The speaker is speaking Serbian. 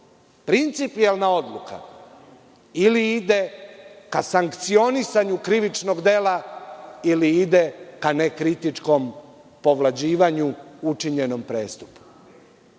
Principijelna odluka ili ide ka sankcionisanju krivičnog dela ili ide ka nekritičkom povlađivanju učinjenog